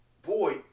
Boy